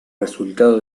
resultado